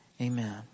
Amen